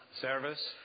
service